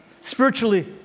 spiritually